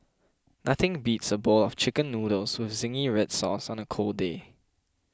nothing beats a bowl of Chicken Noodles with Zingy Red Sauce on a cold day